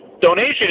donation